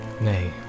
nay